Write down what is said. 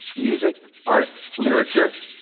music, art, literature,